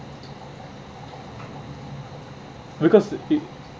because it